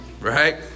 right